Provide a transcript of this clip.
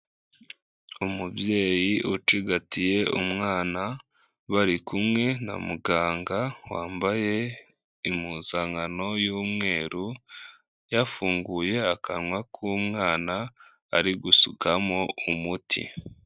Umubyeyi ucigatiye umwana bari kumwe na muganga wambaye impuzankano y'umweru yafunguye akanwa k'umwana ari gusukamo umuti.